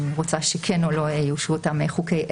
היא רוצה שכן או לא יאושרו אותם חוקי עזר.